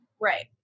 Right